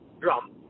drum